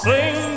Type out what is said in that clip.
Sing